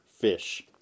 fish